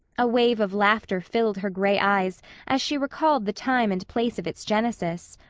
a wave of laughter filled her gray eyes as she recalled the time and place of its genesis.